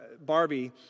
Barbie